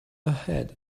ahead